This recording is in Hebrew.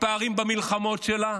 מתפארים במלחמות שלה,